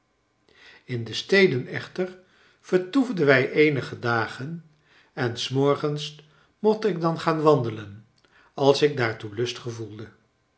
in de steden echter vertoefden wij eenige dagen en s morgens mocht ik dan gaan wandelen als ik daartoe lust gevoelde